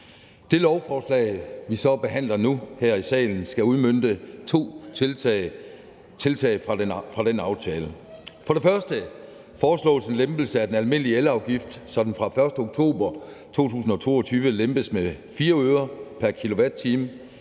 Det lovforslag, vi så behandler nu her i salen, skal udmønte to tiltag fra den aftale. For det første foreslås en lempelse af den almindelige elafgift, så den fra den 1. oktober 2022 lempes med 4 øre pr. kWh stigende